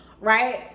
right